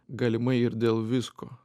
galimai ir dėl visko